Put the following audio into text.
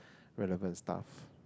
relevant stuff